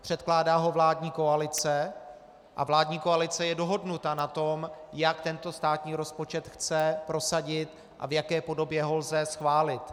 Předkládá ho vládní koalice a vládní koalice je dohodnuta na tom, jak tento státní rozpočet chce prosadit a v jaké podobě ho lze schválit.